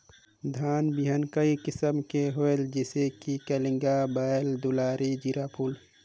धान बिहान कई किसम के होयल जिसे कि कलिंगा, बाएल दुलारी, जीराफुल?